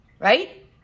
right